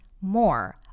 more